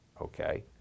Okay